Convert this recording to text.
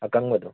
ꯑꯀꯪꯕꯗꯣ